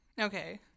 Okay